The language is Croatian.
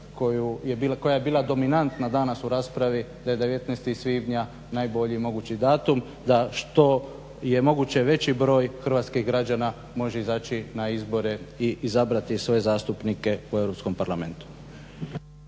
koja je bila dominantna danas u raspravi, da je 19. svibnja najbolji mogući datum da što je moguće veći broj hrvatskih građana može izaći na izbore i izabrati svoje zastupnike u Europskom parlamentu.